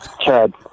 Chad